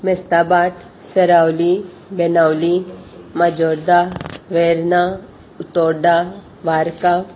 Mestabhat Seraulim Benaulim Majorda Verna Utorda Varca